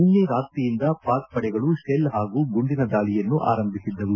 ನಿನ್ನೆ ರಾತ್ರಿಯಿಂದ ಪಾಕ್ ಪಡೆಗಳು ಶೆಲ್ ಹಾಗೂ ಗುಂಡಿನ ದಾಳಿಯನ್ನು ಆರಂಭಿಸಿದ್ದವು